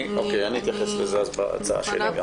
אני אתייחס לזה בהצעה שלי גם.